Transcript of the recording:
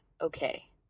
okay